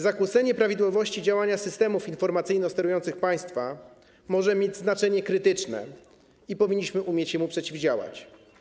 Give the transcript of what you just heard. Zakłócenie prawidłowości działania systemów informacyjno-sterujących państwa może mieć znaczenie krytyczne i powinniśmy umieć jemu przeciwdziałać.